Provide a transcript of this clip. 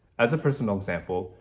as a personal example,